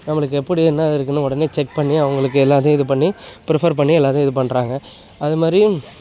நம்மளுக்கு எப்படி என்ன இருக்குன்னு உடனே செக் பண்ணி அவங்களுக்கு எல்லாத்தையும் இது பண்ணி ப்ரிஃபர் பண்ணி எல்லாத்தையும் இது பண்ணுறாங்க அது மாதிரி